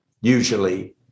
usually